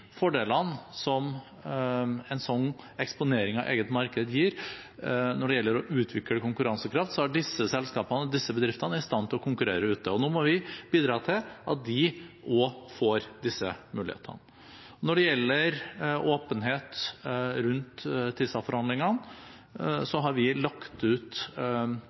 fordelene som en slik eksponering av eget marked gir når det gjelder å utvikle konkurransekraft, er disse selskapene og disse bedriftene i stand til å konkurrere ute. Nå må vi bidra til at de også får disse mulighetene. Når det gjelder åpenhet rundt TISA-forhandlingene, har vi lagt ut